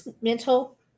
mental